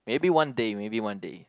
maybe one day maybe one day